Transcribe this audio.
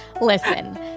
Listen